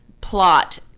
plot